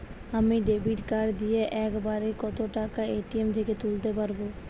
আমি debit card দিয়ে এক বারে কত টাকা এ.টি.এম থেকে তুলতে পারবো?